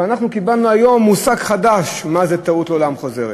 אבל אנחנו קיבלנו היום מושג חדש מה זה "טעות לעולם חוזרת"